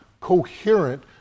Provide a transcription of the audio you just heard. coherent